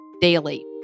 daily